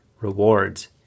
rewards